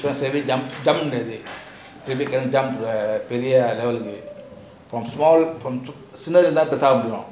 because very ஜம்முனு றது:jammunu rathu very பெரிய லெவெல்க்கு சிலது தான்:periya levelku sillathu thaan